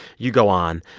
you go on,